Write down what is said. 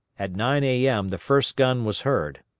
at nine a m. the first gun was heard.